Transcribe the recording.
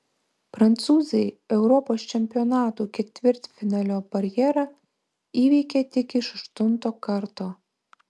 prancūzai europos čempionatų ketvirtfinalio barjerą įveikė tik iš aštunto karto